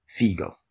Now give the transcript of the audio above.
Figo